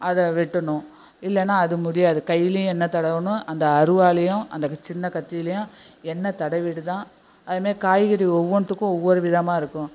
அதை வெட்டணும் இல்லைனா அது முடியாது கைலியும் எண்ணெ தடவனும் அந்த அருவாளையும் அந்த சின்ன கத்தியிலையும் எண்ணெய் தடவிட்டு தான் அதுமாரி காய்கறி ஒவ்வொன்றுத்துக்கும் ஒவ்வொரு விதமாக இருக்கும்